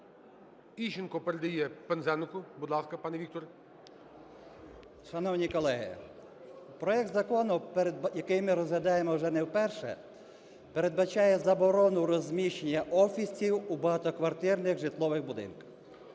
Іщенко передає Пинзенику. Будь ласка, пане Вікторе. 17:01:12 ПИНЗЕНИК В.М. Шановні колеги, проект закону, який ми розглядаємо вже не в перше, передбачає заборону розміщення офісів у багатоквартирних житлових будинках.